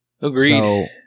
Agreed